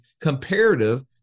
comparative